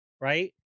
right